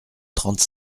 trente